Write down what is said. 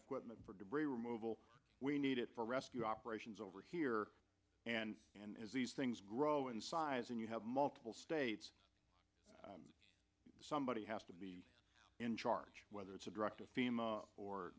equipment for debris removal we need it for rescue operations over here and as these things grow in size and you have multiple states somebody has to be in charge whether it's a